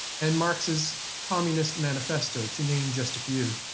and marx's communist manifesto to name just a few.